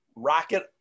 rocket